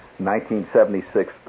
1976